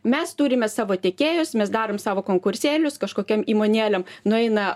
mes turime savo tiekėjus mes darom savo konkursėlius kažkokiom įmonėlėm nueina